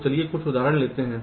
तो चलिए कुछ उदाहरण लेते हैं